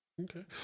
Okay